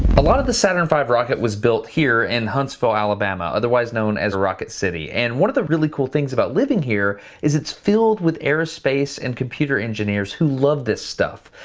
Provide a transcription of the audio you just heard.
a lot of the saturn v rocket was built here in huntsville, alabama, otherwise known as rocket city. and one of the really cool things about living here is it's filled with aerospace and computer engineers who love this stuff,